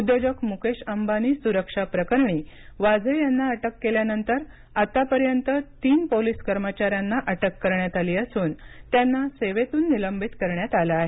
उद्योजक मुकेश अंबानी सुरक्षा प्रकरणी वाझे यांना अटक केल्यानंतर आतापर्यंत तीन पोलिस कर्मचाऱ्यांना अटक करण्यात आली असून त्यांना सेवेतून निलंबित करण्यात आलं आहे